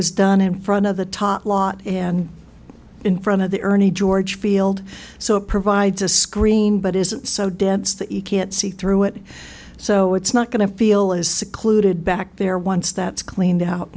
was done in front of the tot lot and in front of the ernie george field so it provides a screen but isn't so dense that you can't see through it so it's not going to feel as secluded back there once that's cleaned out